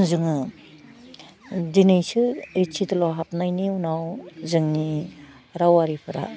जोङो दिनैसो ओइद सिदुलाव हाबनायनि उनाव जोंनि रावारिफ्रा